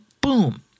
boom